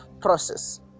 process